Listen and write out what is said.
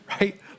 Right